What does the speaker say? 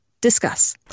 Discuss